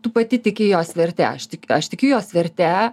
tu pati tiki jos vertė aš tikiu aš tikiu jos verte